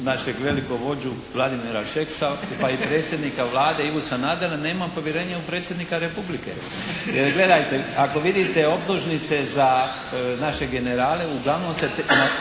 našeg velikog vođu Vladimira Šeksa pa i predsjednika Vlade Ivu Sanadera. Nemam povjerenja u Predsjednika Republike. Jer gledajte, ako vidite optužnice za naše generale uglavnom se